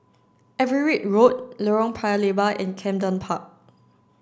Everitt Road Lorong Paya Lebar and Camden Park